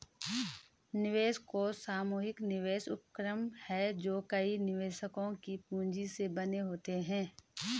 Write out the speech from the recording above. निवेश कोष सामूहिक निवेश उपक्रम हैं जो कई निवेशकों की पूंजी से बने होते हैं